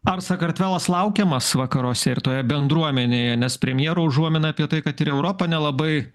ar sakartvelas laukiamas vakaruose ir toje bendruomenėje nes premjero užuomina apie tai kad ir europa nelabai